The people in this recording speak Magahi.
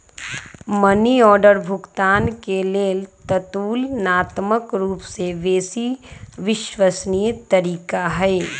मनी ऑर्डर भुगतान के लेल ततुलनात्मक रूपसे बेशी विश्वसनीय तरीका हइ